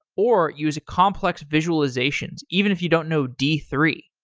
or use complex visualizations even if you don't know d three.